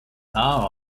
hour